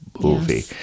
Movie